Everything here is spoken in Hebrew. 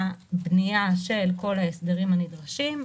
הבנייה של כל ההסדרים הנדרשים,